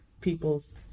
People's